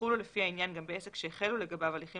יחולו לפי העניין גם בעסק שהחלו לגביו הליכים